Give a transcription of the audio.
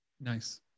Nice